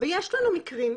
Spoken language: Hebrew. ויש לנו מקרים,